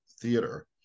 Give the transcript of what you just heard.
theater